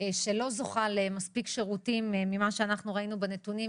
שלא זוכה למספיק שירותים ממה שאנחנו ראינו ברישומים,